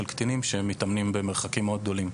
קטינים שהם מתאמנים במרחקים מאוד גדולים?